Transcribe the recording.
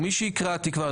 שהקראתי כבר,